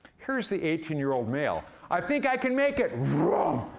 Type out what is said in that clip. here's the eighteen year old male. i think i can make it! vrooom!